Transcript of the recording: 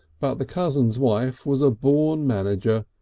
but the cousin's wife was a born manager,